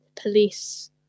police